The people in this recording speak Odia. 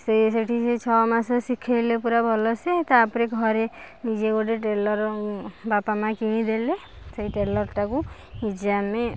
ସିଏ ସେଇଠି ଛଅ ମାସେ ଶିଖାଇଲେ ପୁରା ଭଲ ସେ ତା'ପରେ ଘରେ ନିଜେ ଗୋଟେ ଟେଲର ବାପା ମାଆ କିଣିଦେଲେ ସେଇ ଟେଲରଟାକୁ ନିଜେ ଆମେ